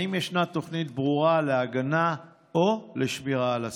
4. האם ישנה תוכנית ברורה להגנה או לשמירה על הסדר?